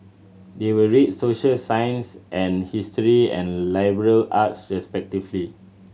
they will read social science and history and liberal arts respectively